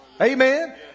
Amen